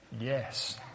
Yes